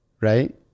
right